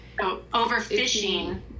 Overfishing